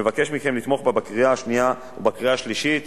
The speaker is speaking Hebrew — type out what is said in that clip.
ומבקש מכם לתמוך בה בקריאה השנייה ובקריאה השלישית.